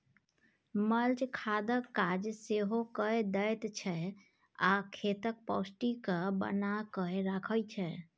mulch खादक काज सेहो कए दैत छै आ खेतक पौष्टिक केँ बना कय राखय छै